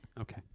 Okay